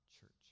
church